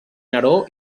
neró